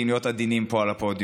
אם להיות עדינים פה על הפודיום.